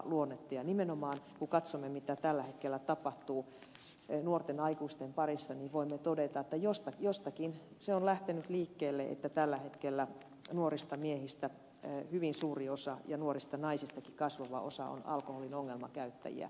ja nimenomaan kun katsomme mitä tällä hetkellä tapahtuu nuorten aikuisten parissa niin voimme todeta että jostakin se on lähtenyt liikkeelle että tällä hetkellä nuorista miehistä hyvin suuri osa ja nuorista naisistakin kasvava osa on alkoholin ongelmakäyttäjiä